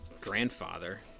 grandfather